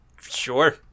sure